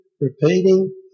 repeating